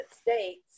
States